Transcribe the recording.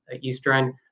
Eastern